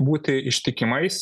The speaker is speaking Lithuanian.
būti ištikimais